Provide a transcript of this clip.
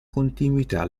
continuità